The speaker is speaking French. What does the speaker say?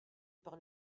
par